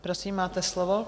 Prosím, máte slovo.